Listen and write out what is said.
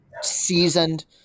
seasoned